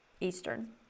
Eastern